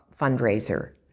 fundraiser